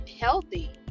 healthy